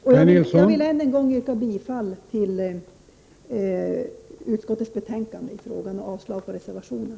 Återigen yrkar jag bifall till utskottets hemställan och avslag på reservationen.